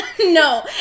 No